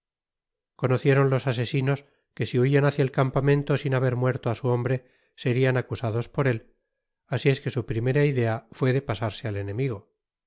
conocieron los asesinos que si huian hácia el campamento sin haber muerto á su hombre serian acusados por él asi es que su primera idea fué de pasarse al enemigo